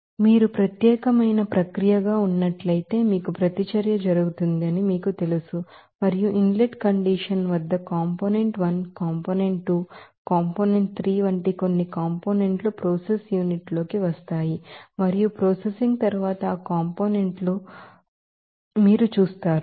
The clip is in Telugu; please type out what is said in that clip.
మీరు లేకుండా మీరు ప్రత్యేకమైన ప్రక్రియ గా ఉన్నట్లయితే మీకు ప్రతిచర్య జరుగుతుందని మీకు తెలుసు మరియు ఇన్ లెట్ కండిషన్ వద్ద కాంపోనెంట్ 1 కాంపోనెంట్ 2 కాంపోనెంట్ 3 వంటి కొన్ని కాంపోనెంట్ లు ప్రాసెస్ యూనిట్ లోనికి వస్తాయి మరియు ప్రాసెసింగ్ తరువాత ఆ కాంపోనెంట్ లు మీకు తెలుసు అని మీరు చూస్తారు